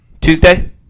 tuesday